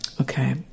Okay